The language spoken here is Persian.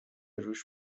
رووش